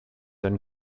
and